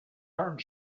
turned